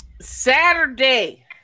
Saturday